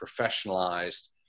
professionalized